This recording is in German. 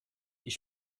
ich